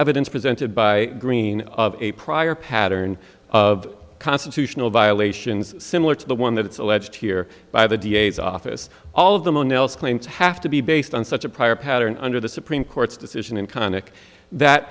evidence presented by greene of a prior pattern of constitutional violations similar to the one that it's alleged here by the d a s office all of them one else claims have to be based on such a prior pattern under the supreme court's decision and connick that